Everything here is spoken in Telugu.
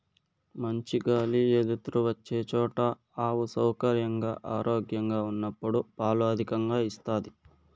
మంచి గాలి ఎలుతురు వచ్చే చోట ఆవు సౌకర్యంగా, ఆరోగ్యంగా ఉన్నప్పుడు పాలు అధికంగా ఇస్తాది